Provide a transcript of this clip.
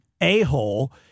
a-hole